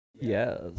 Yes